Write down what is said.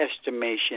estimation